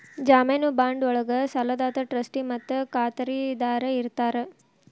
ಜಾಮೇನು ಬಾಂಡ್ ಒಳ್ಗ ಸಾಲದಾತ ಟ್ರಸ್ಟಿ ಮತ್ತ ಖಾತರಿದಾರ ಇರ್ತಾರ